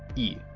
e.